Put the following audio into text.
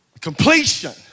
Completion